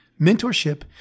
Mentorship